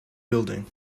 building